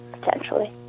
potentially